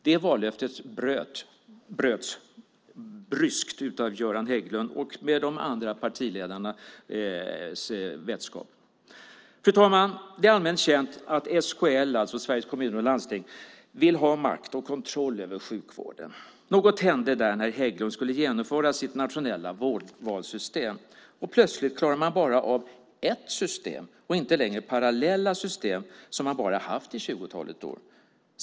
Det vallöftet bröts bryskt av Göran Hägglund med de andra partiledarnas vetskap. Fru talman! Det är allmänt känt att SKL, Sveriges Kommuner och Landsting, vill ha makt och kontroll över sjukvården. Något hände när Hägglund skulle genomföra sitt nationella vårdvalssystem. Plötsligt klarar man bara av ett system och inte längre parallella system som man har haft i tjugotalet år.